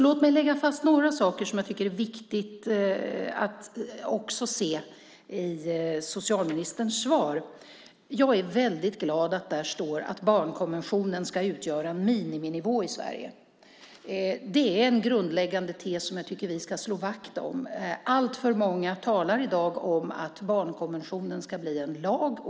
Låt mig lägga fast några saker som jag tycker är viktiga att se i socialministerns svar. Jag är väldigt glad över att där står att barnkonventionen ska utgöra en miniminivå i Sverige. Det är en grundläggande tes som jag tycker att vi ska slå vakt om. Alltför många talar i dag om att barnkonventionen ska bli en lag.